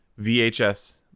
vhs